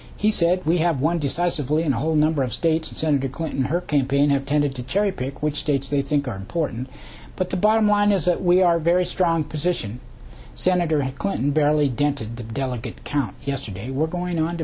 he said we have won decisively in a whole number of states and senator clinton her campaign have tended to cherry pick which states they think are important but the bottom line is that we are very strong position senator clinton barely dented the delegate count yesterday we're going